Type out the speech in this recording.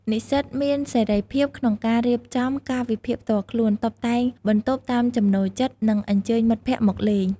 និស្សិតមានសេរីភាពក្នុងការរៀបចំកាលវិភាគផ្ទាល់ខ្លួន តុបតែងបន្ទប់តាមចំណូលចិត្ត និងអញ្ជើញមិត្តភក្តិមកលេង។